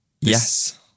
Yes